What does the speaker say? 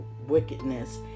wickedness